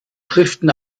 schriften